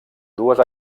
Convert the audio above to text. dues